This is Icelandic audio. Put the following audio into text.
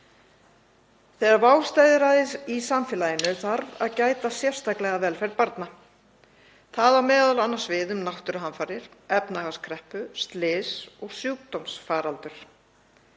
Þegar vá steðjar að í samfélaginu þarf að gæta sérstaklega að velferð barna. Það á m.a. við um náttúruhamfarir, efnahagskreppu, slys og sjúkdómsfaraldur.